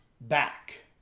back